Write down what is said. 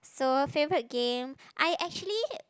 so favourite game I actually